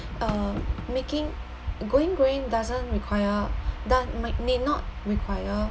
uh making going green doesn't require do~ need not require